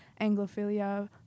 Anglophilia